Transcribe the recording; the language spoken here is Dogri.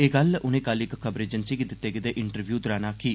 एह् गल्ल उनें कल इक खबर एजेंसी गी दित्ते गेदे इंटरव्यु दौरान आखी